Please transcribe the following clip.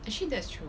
actually that's true